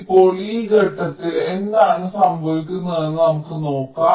ഇപ്പോൾ ഈ ഘട്ടത്തിൽ എന്താണ് സംഭവിക്കുന്നതെന്ന് നമുക്ക് നോക്കാം